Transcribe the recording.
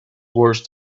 worse